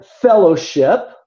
fellowship